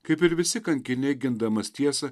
kaip ir visi kankiniai gindamas tiesą